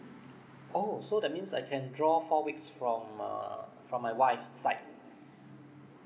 oh so that means I can draw four weeks from uh from my wife side